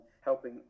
helping